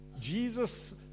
Jesus